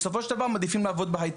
בסופו של דבר מעדיפים לעבוד בהייטק,